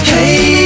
Hey